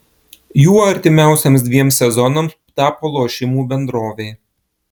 juo artimiausiems dviems sezonams tapo lošimų bendrovė